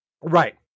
Right